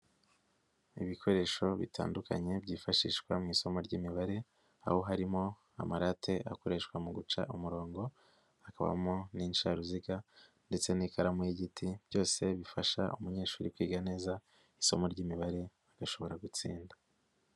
Ibikoresho bitandukanye byifashishwa mu isomo ry'imibare, aho harimo amarate akoreshwa mu guca umurongo, hakabamo n'insharuziga ndetse n'ikaramu y'igiti, byose bifasha umunyeshuri kwiga neza isomo ry'imibare, agashobora gutsinda.